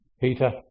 Peter